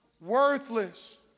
Worthless